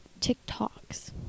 TikToks